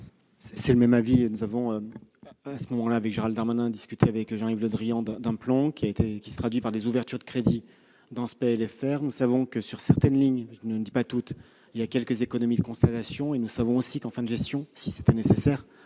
est l'avis du Gouvernement ? Gérald Darmanin et moi-même avons discuté avec Jean-Yves Le Drian d'un plan qui se traduit par des ouvertures de crédits dans ce PLFR. Nous savons que, sur certaines lignes- je ne dis pas toutes -, il y a quelques économies de constatation. Nous savons aussi que, en fin de gestion, si c'était nécessaire,